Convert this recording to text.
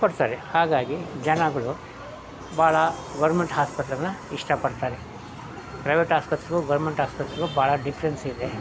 ಕೊಡ್ತಾರೆ ಹಾಗಾಗಿ ಜನಗಳು ಭಾಳ ಗೋರ್ಮೆಂಟ್ ಆಸ್ಪತ್ರೆನ ಇಷ್ಟಪಡ್ತಾರೆ ಪ್ರೈವೇಟ್ ಆಸ್ಪತ್ರೆಗೂ ಗೋರ್ಮೆಂಟ್ ಆಸ್ಪತೆಗೂ ಭಾಳ ಡಿಫ್ರೆನ್ಸ್ ಇದೆ